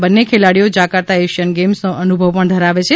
આ બંને ખેલાડીઓ જકાર્તા એશિયન ગેમ્સનો અનુભવ પણ ધરાવે છે